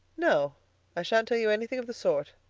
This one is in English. no i shan't tell you anything of the sort,